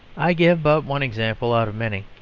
i give but one example out of many.